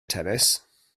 tennis